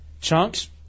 Chunks